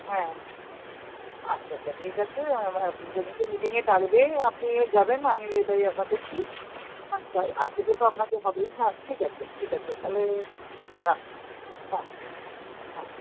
হ্যাঁ আচ্ছা আচ্ছা ঠিক আছে যেদিনকে মিটিংয়ে ডাকবে আপনিও যাবেন আমিও এটাই আশা করছি আর যা আর যেতে তো আপনাকে হবেই হ্যাঁ ঠিক আছে ঠিক আছে তাহলে হ্যাঁ রাখুন হ্যাঁ হুম হ্যাঁ হুম হ্যাঁ